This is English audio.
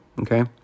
okay